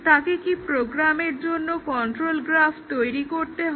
তাকে কি প্রোগ্রামের জন্য কন্ট্রোল গ্রাফ তৈরি করতে হয়